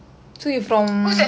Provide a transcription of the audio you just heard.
who is your favourite actor